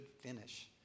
finish